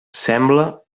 sembla